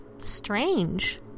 strange